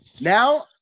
Now